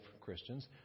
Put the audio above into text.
Christians